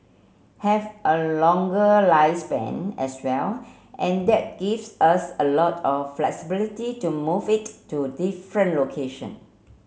have a longer lifespan as well and that gives us a lot of flexibility to move it to different location